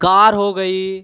car हो गई